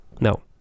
no